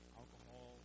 alcohol